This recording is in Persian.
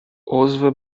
عضو